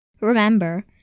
Remember